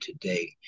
today